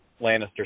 Lannister